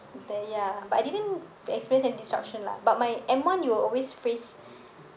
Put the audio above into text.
then ya but I didn't experience any disruption lah but my M one it will always face